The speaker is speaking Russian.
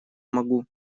могу